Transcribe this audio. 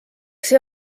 see